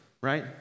right